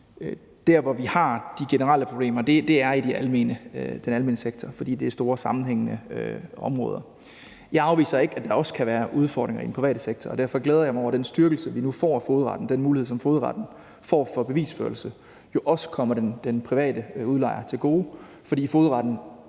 der, hvor vi har de generelle problemer, er i den almene sektor, for det er store, sammenhængende områder. Jeg afviser ikke, at der også kan være udfordringer i den private sektor, og derfor glæder jeg mig over, at den styrkelse, vi nu får af fogedretten, altså den mulighed, som fogedretten får for bevisførelse, også kommer den private udlejer til gode, fordi fogedretten